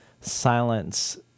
silence